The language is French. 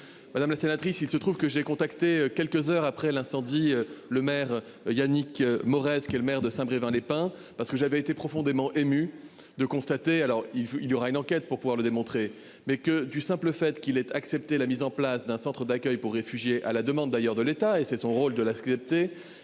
Madame la sénatrice. Il se trouve que j'ai contacté quelques heures après l'incendie. Le maire Yannick mauresque est le maire de. Saint-Brévin-les-Pins parce que j'avais été profondément émue de constater alors il, il y aura une enquête pour pouvoir le démontrer mais que du simple fait qu'il ait accepté la mise en place d'un centre d'accueil pour réfugiés à la demande d'ailleurs de l'État et c'est son rôle, de l'accepter,